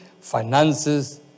finances